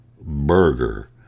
burger